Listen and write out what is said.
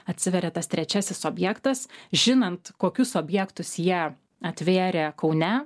atsiveria tas trečiasis objektas žinant kokius objektus jie atvėrė kaune